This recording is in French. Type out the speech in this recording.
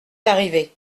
arrivé